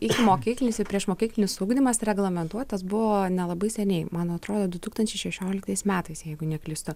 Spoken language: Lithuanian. ikimokyklinis ir priešmokyklinis ugdymas reglamentuotas buvo nelabai seniai man atrodo du tūkstančiai šešioliktais metais jeigu neklystu